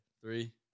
Three